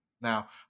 Now